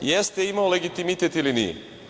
jeste imao legitimitet ili nije.